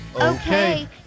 Okay